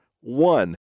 one